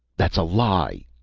that is a lie!